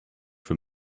for